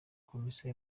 komisiyo